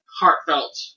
heartfelt